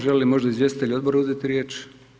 Žele li možda izvjestitelji odbora uzeti riječ?